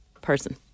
person